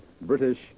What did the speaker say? British